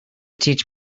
teach